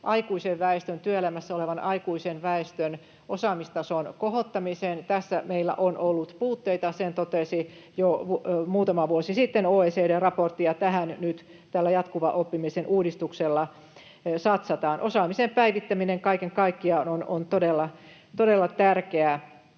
aikuisen väestön, työelämässä olevan aikuisen väestön osaamistason kohottamiseen. Tässä meillä on ollut puutteita, sen totesi jo muutama vuosi sitten OECD-raportti, ja tähän nyt tällä jatkuvan oppimisen uudistuksella satsataan. Osaamisen päivittäminen kaiken kaikkiaan on todella tärkeää.